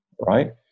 right